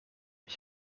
ich